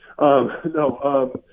No